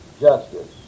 justice